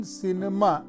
cinema